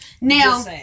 Now